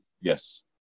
Yes